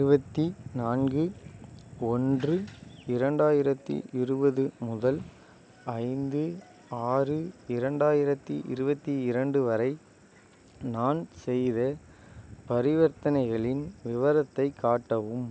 இருபத்தி நான்கு ஒன்று இரண்டாயிரத்தி இருபது முதல் ஐந்து ஆறு இரண்டாயிரத்தி இருபத்தி இரண்டு வரை நான் செய்த பரிவர்த்தனைகளின் விவரத்தை காட்டவும்